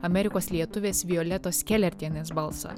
amerikos lietuvės violetos kelertienės balsą